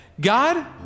God